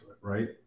right